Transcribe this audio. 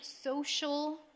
social